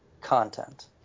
content